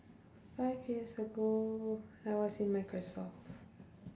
five years ago I was in Microsoft